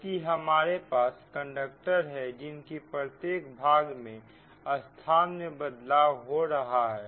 क्योंकि हमारे पास कंडक्टर है जिनकी प्रत्येक भाग में स्थान में बदलाव हो रहा है